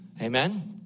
Amen